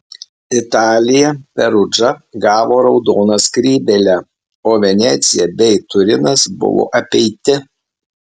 italija perudža gavo raudoną skrybėlę o venecija bei turinas buvo apeiti